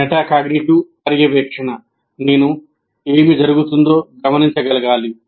metacognitive పర్యవేక్షణ నేను ఏమి జరుగుతుందో గమనించగలగాలి